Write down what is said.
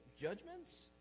judgments